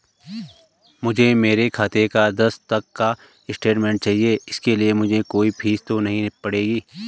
मुझे मेरे खाते का दस तक का स्टेटमेंट चाहिए इसके लिए मुझे कोई फीस तो नहीं पड़ेगी?